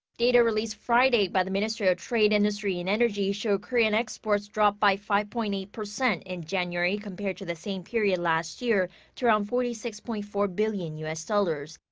data released friday by the ministry of trade, industry and energy. show korean exports dropped by five-point-eight percent in january compared to the same period last year to around forty six point four billion u s. dollars.